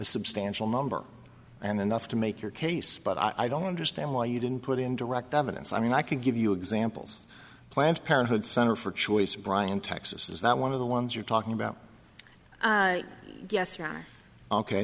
substantial number and enough to make your case but i don't understand why you didn't put in direct evidence i mean i could give you examples planned parenthood center for choice brian texas is that one of the ones you're talking about